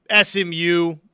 SMU